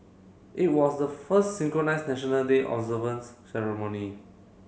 it was the first synchronised National Day observance ceremony